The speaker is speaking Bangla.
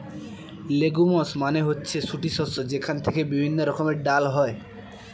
লেগুমস মানে হচ্ছে গুটি শস্য যেখান থেকে বিভিন্ন রকমের ডাল হয়